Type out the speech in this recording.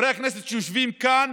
חברי הכנסת שיושבים כאן